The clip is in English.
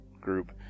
group